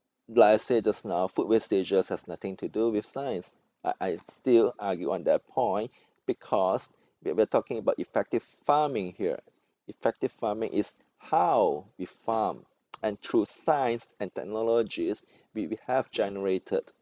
like I said just now food wastages has nothing to do with science I I still argue on the point because we're talking about effective farming here effective farming is how we farm and through science and technologies we we have generated